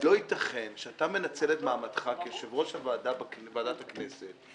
לא ייתכן שאתה מנצל את מעמדך כיושב-ראש ועדת הכנסת,